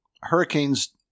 hurricanes